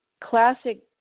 classic